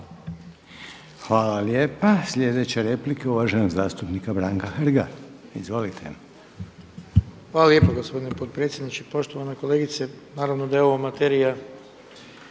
Hvala lijepa. Slijedeća replika je uvaženog zastupnika Branka Hrga. Izvolite. **Hrg, Branko (HDS)** Hvala lijepo gospodine potpredsjedniče. Poštovana kolegice naravno da je ovo materija